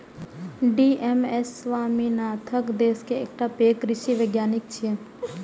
डॉ M S Swaminathan देश के एकटा पैघ कृषि वैज्ञानिक छियै